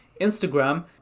Instagram